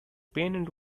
pennant